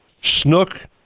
snook